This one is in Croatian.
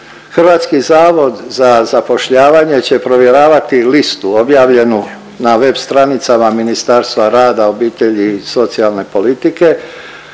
Hrvatski zavod za zapošljavanje će provjeravati listu objavljenu na web stranicama Ministarstva rada, obitelji i socijalne politike,